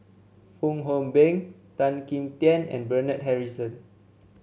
Fong Hoe Beng Tan Kim Tian and Bernard Harrison